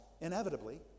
inevitably